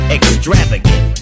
Extravagant